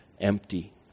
empty